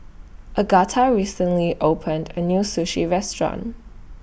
Agatha recently opened A New Sushi Restaurant